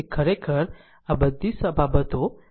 ખરેખર આ બધી બાબતો સમજી શકાય તેવું છે